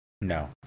No